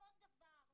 זה אותו דבר.